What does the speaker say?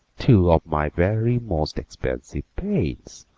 two of my very most expensive paints.